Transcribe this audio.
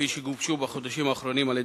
כפי שגובשו בחודשים האחרונים על-ידי